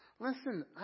Listen